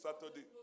Saturday